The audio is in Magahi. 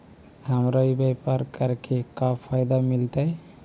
हमरा ई व्यापार करके का फायदा मिलतइ?